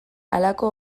halako